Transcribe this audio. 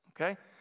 okay